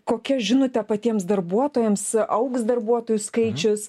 kokia žinutė patiems darbuotojams augs darbuotojų skaičius